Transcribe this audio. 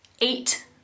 eight